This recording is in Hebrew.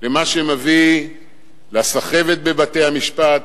ומה שמביא לסחבת בבתי-המשפט,